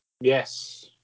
Yes